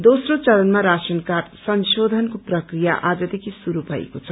दोम्रो चरणमा ration card संशोधनको प्रक्रिया आजदेखि शुरू भएको छ